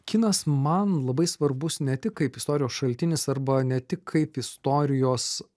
kinas man labai svarbus ne tik kaip istorijos šaltinis arba ne tik kaip istorijos